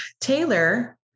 Taylor